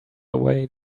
away